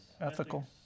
Ethical